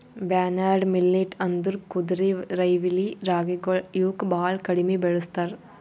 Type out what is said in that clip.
barnyard millet ಅಂದುರ್ ಕುದುರೆರೈವಲಿ ರಾಗಿಗೊಳ್ ಇವುಕ್ ಭಾಳ ಕಡಿಮಿ ಬೆಳುಸ್ತಾರ್